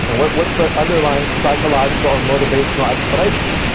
and what's what's the underlying psychological or motivational explanation?